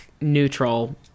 neutral